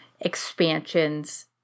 expansions